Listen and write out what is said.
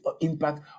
impact